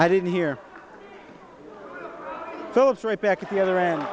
i didn't hear those right back at the other end